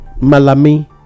malami